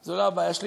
זה לא הבעיה שלי,